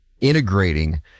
integrating